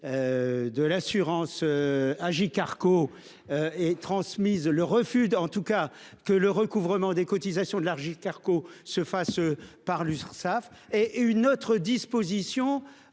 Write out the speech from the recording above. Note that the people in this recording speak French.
De l'assurance. Agirc-Arrco et transmise le refus en tout cas que le recouvrement des cotisations de l'argile. Se fasse par l'usine safe et et une autre disposition